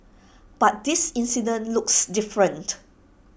but this incident looks different